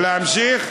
להמשיך?